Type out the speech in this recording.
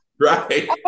Right